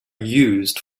used